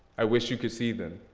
i wish you could see them.